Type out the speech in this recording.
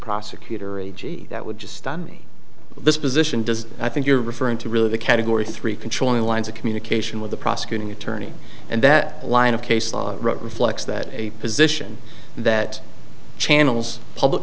prosecutor a g that would just stunned me this position does i think you're referring to really the category three controlling lines of communication with the prosecuting attorney and that line of case law reflects that a position that channels public